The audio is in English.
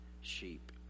sheep